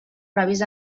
previst